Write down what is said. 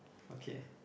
okay